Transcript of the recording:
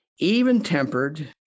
even-tempered